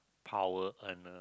power earner